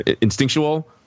instinctual